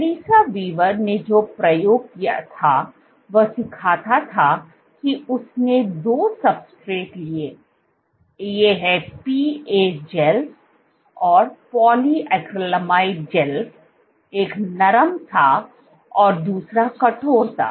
Elisa Weaver ने जो प्रयोग किया था वह सिखाता था कि उसने दो सब्सट्रेट लिए हैं ये हैं PA gels पॉलीक्रैलेमाइड जैल एक नरम था और दूसरा कठोर था